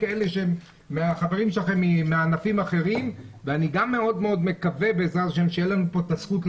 גם מאוד מאוד מקווה שתהיה לנו פה את הזכות,